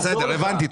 בסדר, הבנתי.